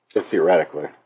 theoretically